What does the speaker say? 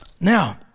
Now